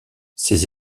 ses